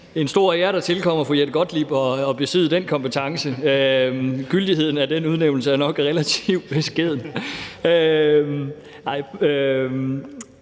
en stor ære, der tilfalder fru Jette Gottlieb, at besidde kompetence til det; gyldigheden af den udnævnelse er nok relativt beskeden.